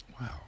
Wow